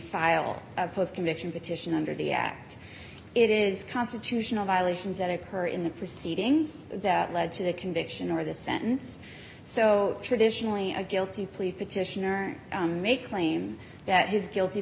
file a post conviction petition under the act it is constitutional violations that occur in the proceedings that lead to the conviction or the sentence so traditionally a guilty plea petitioner may claim that his guilty